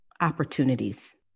opportunities